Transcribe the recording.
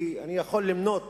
אני יכול למנות